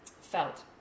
felt